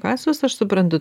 kasius aš suprantu